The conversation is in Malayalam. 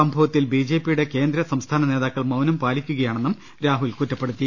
സംഭവത്തിൽ ബിജെപിയുടെ കേന്ദ്ര സംസ്ഥാന നേതാക്കൾ മൌനം പാലിക്കുകയാണെന്നും രാഹുൽ കുറ്റപ്പെടുത്തി